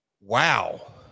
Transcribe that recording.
wow